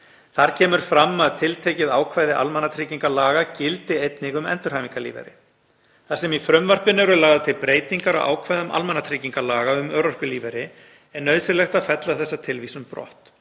Þar kemur fram að tiltekin ákvæði almannatryggingalaga gildi einnig um endurhæfingarlífeyri. Þar sem í frumvarpinu eru lagðar til breytingar á ákvæðum almannatryggingalaga um örorkulífeyri er nauðsynlegt að fella þessa tilvísun brott.